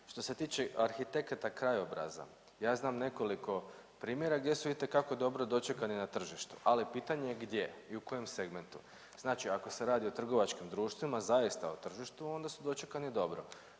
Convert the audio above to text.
Što se tiče arhitekata krajobraza ja znam nekoliko primjera gdje su itekako dobro dočekani na tržištu, ali pitanje je gdje i u kojem segmentu. Znači ako se radi o trgovačkim društvima, zaista o tržištu onda su dočekani dobro.